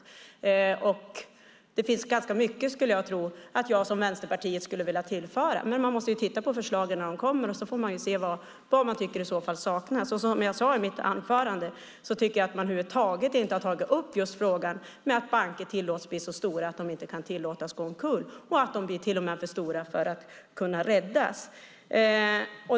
Jag skulle tro att det finns ganska mycket som jag och Vänsterpartiet skulle vilja tillföra, men man måste titta på förslagen när de kommer och så får man se vad som i så fall saknas. Som jag sade i mitt anförande tycker jag att man över huvud taget inte har tagit upp frågan om att banker tillåts bli så stora att de inte kan tillåtas gå omkull och att de till och med blir för stora för att kunna räddas.